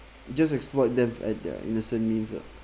just exploit them at their innocent means uh